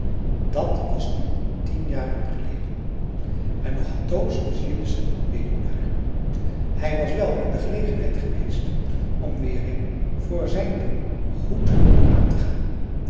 dat was nu tien jaren geleden en nog altoos was jillessen weduwnaar hij was wel in de gelegenheid geweest om weer een voor zijn doen goed huwelijk aan te gaan